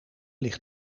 ligt